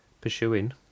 Pursuing